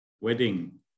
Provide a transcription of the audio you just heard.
wedding